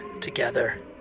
together